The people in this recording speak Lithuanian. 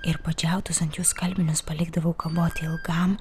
ir padžiautus ant jų skalbinius palikdavau kaboti ilgam